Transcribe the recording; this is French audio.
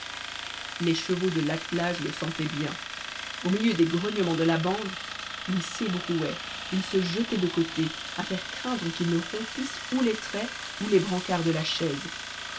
les chevaux de l'attelage le sentaient bien au milieu des grognements de la bande ils s'ébrouaient ils se jetaient de côté à faire craindre qu'ils ne rompissent ou leurs traits ou les brancards de la chaise